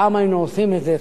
פעם היינו עושים את זה.